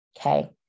Okay